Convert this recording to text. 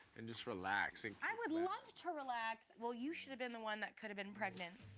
and just relax and i would love to relax. well, you should've been the one that could've been pregnant.